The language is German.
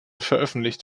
veröffentlicht